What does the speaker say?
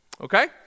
Okay